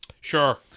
sure